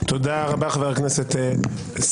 תודה רבה, חבר הכנסת סגלוביץ'.